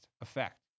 effect